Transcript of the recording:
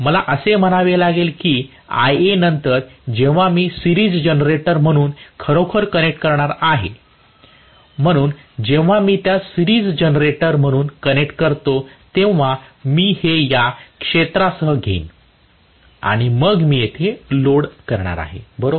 मला असे म्हणावे लागेल की Ia नंतर जेव्हा मी सिरीज जनरेटर म्हणून खरोखर कनेक्ट करणार आहे म्हणून जेव्हा मी त्यास सिरीज जनरेटर म्हणून कनेक्ट करतो तेव्हा मी हे या क्षेत्रासह घेईन आणि मग मी येथे लोड करणार आहे बरोबर